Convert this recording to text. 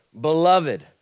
beloved